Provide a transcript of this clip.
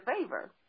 favor